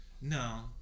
No